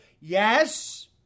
Yes